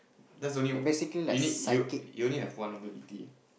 that's only you need you you only have one ability